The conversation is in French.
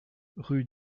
rue